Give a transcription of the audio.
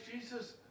Jesus